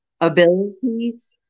abilities